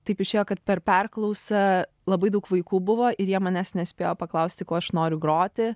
taip išėjo kad per perklausą labai daug vaikų buvo ir jie manęs nespėjo paklausti kuo aš noriu groti